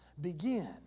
begin